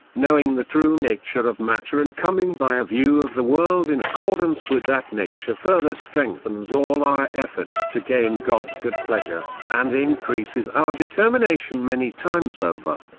knowing the true nature of matter and coming by a view of the world in accordance with that nature further strengthens all our efforts to gain god's good pleasure, and increases our determination many times over.